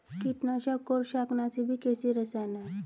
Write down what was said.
कीटनाशक और शाकनाशी भी कृषि रसायन हैं